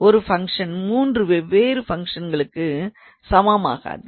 ஒரு ஃபங்க்ஷன் மூன்று வெவ்வேறு ஃபங்க்ஷன்களுக்கு சமமாகாது